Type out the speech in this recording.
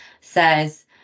says